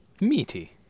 meaty